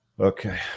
Okay